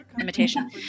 imitation